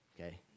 Okay